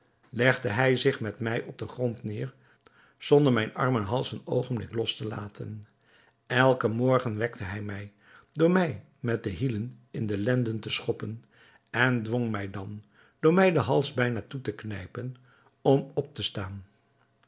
legde hij zich met mij op den grond neder zonder mijn armen hals een oogenblik los te laten elken morgen wekte hij mij door mij met de hielen in de lenden te schoppen en dwong mij dan door mij den hals bijna toe te knijpen om op te staan